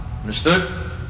understood